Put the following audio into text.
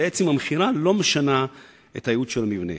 ובעצם המכירה לא משנה את הייעוד של המבנה,